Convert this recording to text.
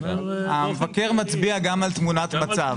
המבקר מצביע גם על תמונת מצב.